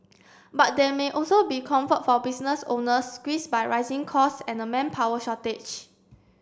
but there may also be comfort for business owners squeezed by rising cost and a manpower shortage